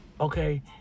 okay